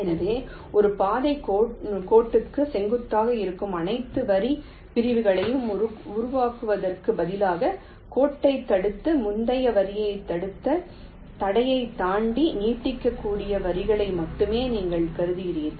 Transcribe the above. எனவே ஒரு பாதைக் கோட்டுக்கு செங்குத்தாக இருக்கும் அனைத்து வரிப் பிரிவுகளையும் உருவாக்குவதற்குப் பதிலாக கோட்டைத் தடுத்த முந்தைய வரியைத் தடுத்த தடையைத் தாண்டி நீட்டிக்கக்கூடிய வரிகளை மட்டுமே நீங்கள் கருதுகிறீர்கள்